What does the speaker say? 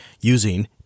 using